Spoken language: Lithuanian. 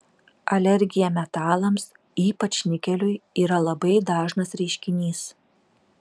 alergija metalams ypač nikeliui yra labai dažnas reiškinys